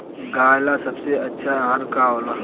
गाय ला सबसे अच्छा आहार का होला?